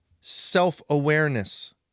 self-awareness